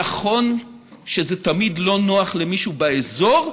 נכון שזה תמיד לא נוח למישהו באזור,